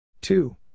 Two